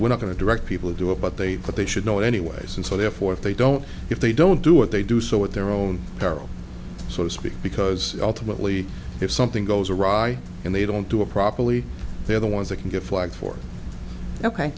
we're not going to direct people to do it but they but they should know anyways and so therefore if they don't if they don't do what they do so at their own peril so to speak because ultimately if something goes awry and they don't do it properly they're the ones that can get flak for ok